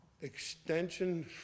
extension